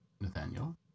Nathaniel